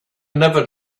never